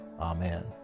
amen